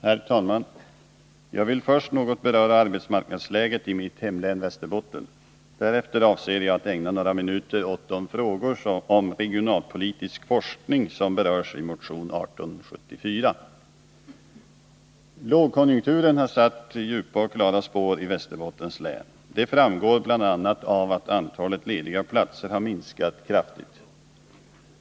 Herr talman! Jag vill först något beröra arbetsmarknadsläget i mitt hemlän Västerbotten. Därefter avser jag att ägna några minuter åt de frågor om regionalpolitisk forskning som berörs i motion 1874. Lågkonjunkturen har satt djupa och klara spår i Västerbottens län. Det framgår bl.a. av att antalet lediga platser har minskat kraftigt.